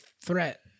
threat